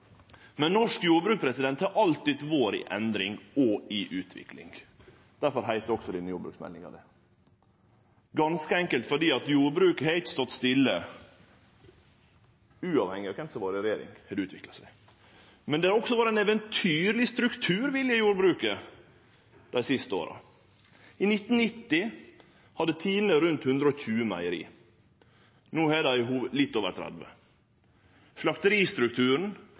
Men norsk jordbruk har alltid vore i endring og i utvikling. Difor heiter også denne jordbruksmeldinga det – ganske enkelt fordi jordbruket ikkje har stått stille, uavhengig av kven som har vore i regjering, har det utvikla seg. Men det har også vore ein eventyrleg strukturvilje i jordbruket dei siste åra. I 1990 hadde Tine rundt 120 meieri. No har dei litt over 30. Slakteristrukturen